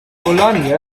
bologna